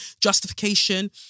justification